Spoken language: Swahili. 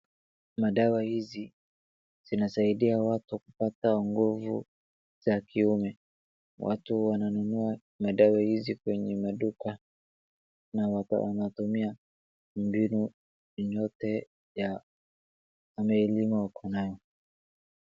Madawa hizi zinasaidi watu kupata nguvu za kiume. Watu wananunua madawa hizi kwenye maduka na wanatumia mbinu yeyote ya ama elimu wako nayo.